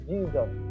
Jesus